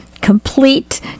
complete